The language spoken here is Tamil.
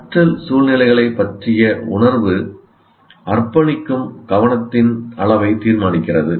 கற்றல் சூழ்நிலைகளைப் பற்றிய உணர்வு அர்ப்பணிக்கும் கவனத்தின் அளவை தீர்மானிக்கிறது